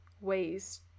ways